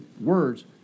words